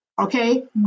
Okay